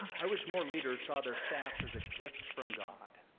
i wish more leaders saw their staffs as a gift from god,